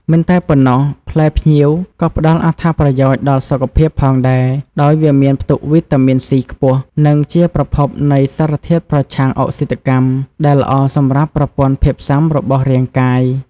មិនតែប៉ុណ្ណោះ ផ្លែផ្ញៀវក៏ផ្តល់អត្ថប្រយោជន៍ដល់សុខភាពផងដែរ ដោយវាមានផ្ទុកវីតាមីន C ខ្ពស់ និងជាប្រភពនៃសារធាតុប្រឆាំងអុកស៊ីតកម្ម ដែលល្អសម្រាប់ប្រព័ន្ធភាពស៊ាំរបស់រាងកាយ។